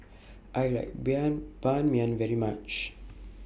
I like Ban Mian very much